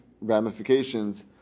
ramifications